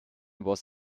was